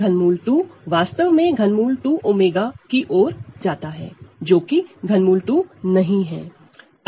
∛ 2 वास्तव में ∛ 2 𝜔की ओर जाता है जोकि ∛ 2 नहीं है